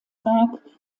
werk